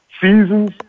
seasons